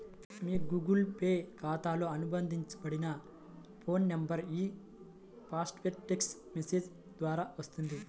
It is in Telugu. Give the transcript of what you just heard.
మీ గూగుల్ పే ఖాతాతో అనుబంధించబడిన ఫోన్ నంబర్కు ఈ పాస్వర్డ్ టెక్ట్స్ మెసేజ్ ద్వారా వస్తుంది